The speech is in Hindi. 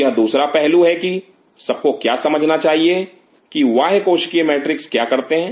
यह दूसरा पहलू है की सब को क्या समझना चाहिए कि बाह्य कोशिकीय मैट्रिक्स क्या करते हैं